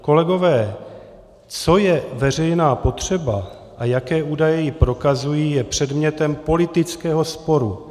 Kolegové, co je veřejná potřeba a jaké údaje ji prokazují, je předmětem politického sporu.